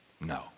No